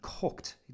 cooked